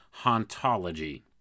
hauntology